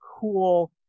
cool